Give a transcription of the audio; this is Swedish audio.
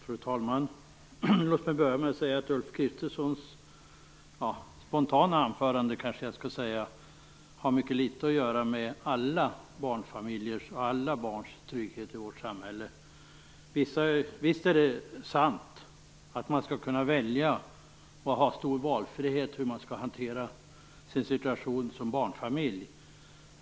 Fru talman! Låt mig börja med att säga att Ulf Kristerssons, som jag kanske skall kalla det, spontana anförande har mycket litet att göra med alla barnfamiljers och alla barns trygghet i vårt samhälle. Visst är det sant att man skall kunna välja, visst skall man som barnfamilj ha stor valfrihet att hantera sin situation som man vill.